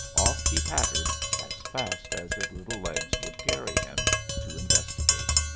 off he pattered as fast as his little legs would carry him to investigate.